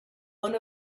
one